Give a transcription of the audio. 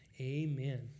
amen